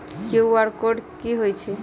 QR code कि हई छई?